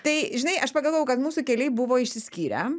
tai žinai aš pagalvojau kad mūsų keliai buvo išsiskyrę